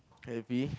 happy